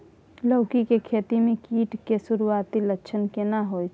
लौकी के खेती मे कीट के सुरूआती लक्षण केना होय छै?